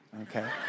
okay